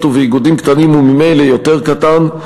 ובאיגודים קטנים הוא ממילא יותר קטן,